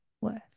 worth